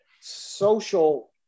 social